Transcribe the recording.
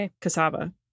cassava